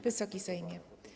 Wysoki Sejmie!